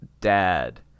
Dad